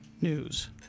News